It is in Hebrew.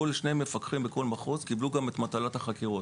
כל שני מפקחים בכל מחוז קיבלו גם את מטלת החקירות,